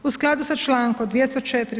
U skladu sa čl. 204.